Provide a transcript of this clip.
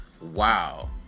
Wow